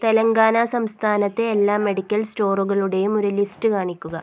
തെലങ്കാന സംസ്ഥാനത്തെ എല്ലാ മെഡിക്കൽ സ്റ്റോറുകളുടെയും ഒരു ലിസ്റ്റ് കാണിക്കുക